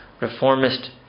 reformist